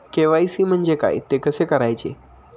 KYC म्हणजे काय? ते कसे करायचे?